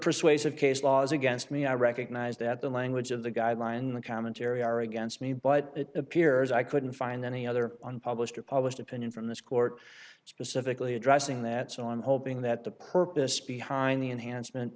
persuasive case laws against me i recognize that the language of the guideline the commentary are against me but it appears i couldn't find any other unpublished or published opinion from this court specifically addressing that so i'm hoping that the purpose behind the enhancemen